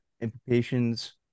implications